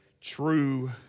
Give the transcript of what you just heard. true